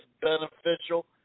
beneficial